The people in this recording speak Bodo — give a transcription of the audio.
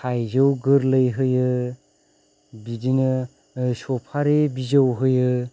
थाइजौ गोरलै होयो बिदिनो सफारि बिजौ होयो